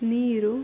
ನೀರು